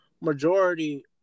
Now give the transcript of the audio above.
majority